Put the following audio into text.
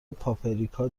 پاپریکا